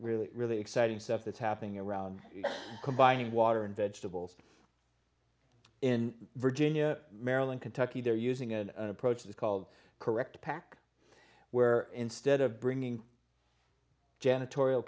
really really exciting stuff that's happening around combining water and vegetables in virginia maryland kentucky they're using an approach is called correct pack where instead of bringing janitorial